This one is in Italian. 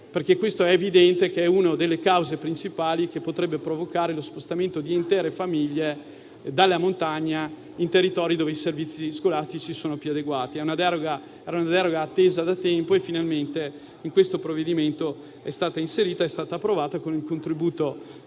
È evidente che questa è una delle cause principali che potrebbe provocare lo spostamento di intere famiglie dalla montagna in territori dove i servizi scolastici sono più adeguati. Era una deroga attesa da tempo e finalmente in questo provvedimento è stata inserita ed è stata approvata con il contributo del